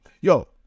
Yo